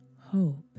hope